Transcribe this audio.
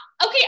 Okay